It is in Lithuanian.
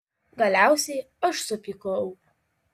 galiausiai aš supykau